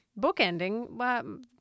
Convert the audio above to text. bookending